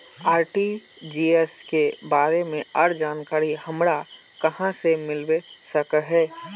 RTGS के बारे में आर जानकारी हमरा कहाँ से मिलबे सके है?